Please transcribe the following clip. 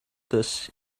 this